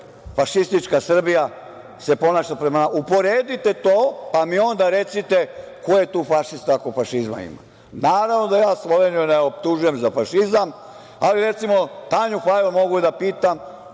„fašistička Srbija“ se ponaša prema. Uporedite to pa mi onda recite ko je tu fašista, ako fašizma ima. Naravno, da ja Sloveniju ne optužujem za fašizam, ali recimo, Tanju Fajon mogu da pitam,